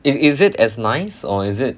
it is it as nice or is it